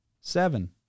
Seven